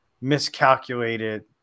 miscalculated